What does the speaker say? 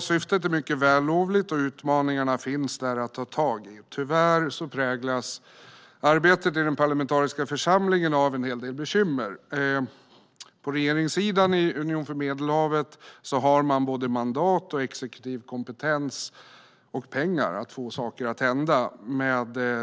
Syftet är alltså mycket vällovligt, och det finns utmaningar att ta tag i där. Tyvärr präglas arbetet i den parlamentariska församlingen av en hel del bekymmer. På regeringssidan i Unionen för Medelhavet har man mandat, exekutiv kompetens och pengar för att få saker att hända.